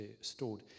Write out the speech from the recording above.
stored